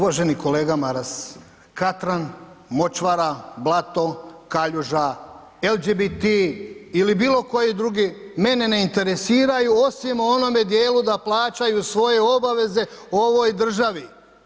Uvaženi kolega Maras, Katran, Močvara, Blato, kaljuža, LGBT ili bilo koji drugi mene ne interesiraju osim u onome dijelu da plaćaju svoje obaveze u ovoj državi.